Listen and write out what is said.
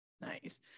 Nice